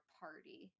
party